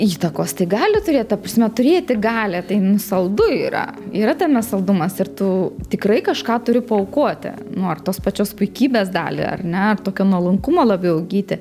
įtakos tai gali turėt ta prasme turėti galią tai saldu yra yra tame saldumas ir tu tikrai kažką turi paaukoti nu ar tos pačios puikybės dalį ar ne tokio nuolankumo labiau įgyti